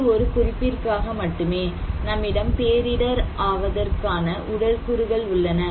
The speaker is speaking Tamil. இது ஒரு குறிப்பிற்காக மட்டுமே நம்மிடம் பேரிடர் ஆவதற்கான உடல் கூறுகள் உள்ளன